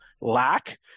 lack